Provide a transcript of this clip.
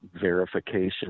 verification